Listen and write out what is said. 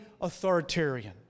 authoritarian